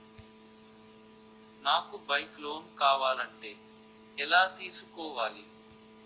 నాకు bike loan కావాలంటే ఎలా తీసుకోవాలి?